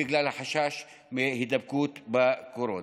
בגלל החשש מהידבקות בקורונה.